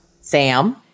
Sam